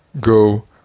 Go